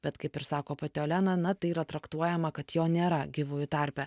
bet kaip ir sako pati olena na tai yra traktuojama kad jo nėra gyvųjų tarpe